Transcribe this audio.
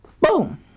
Boom